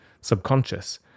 subconscious